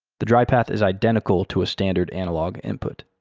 the dry path is identical to a standard analog input.